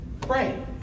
Pray